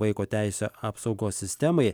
vaiko teisių apsaugos sistemai